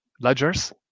ledgers